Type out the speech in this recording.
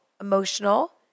emotional